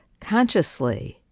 consciously